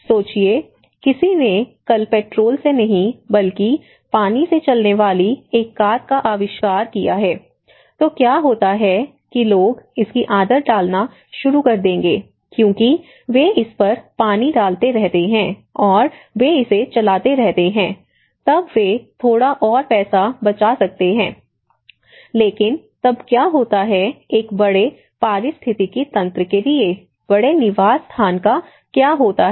सोचिए किसी ने कल पेट्रोल से नहीं बल्कि पानी से चलने वाली एक कार का आविष्कार किया है तो क्या होता है कि लोग इसकी आदत डालना शुरू कर देंगे क्योंकि वे इस पर पानी डालते रहते हैं और वे इसे चलाते रहते हैं तब वे थोड़ा और पैसा बचा सकते हैं लेकिन तब क्या होता है एक बड़े पारिस्थितिकी तंत्र के लिए बड़े निवास स्थान का क्या होता है